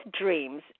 dreams